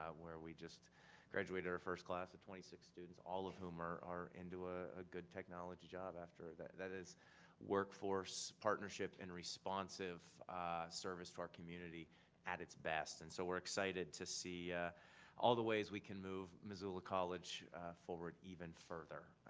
ah where we just graduated our first class of twenty six students, all of whom are into ah a good technology job afterward. that that is workforce partnership and responsive service to our community at its best. and so we're excited to see all the ways we can move missoula college forward even further.